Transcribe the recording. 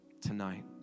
tonight